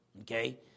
okay